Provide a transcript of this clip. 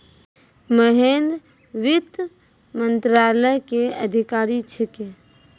महेन्द्र वित्त मंत्रालय के अधिकारी छेकै